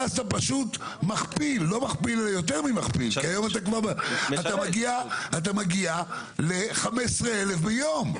ואז אתה פשוט יותר מכפיל ומגיע ל-15,000 ביום.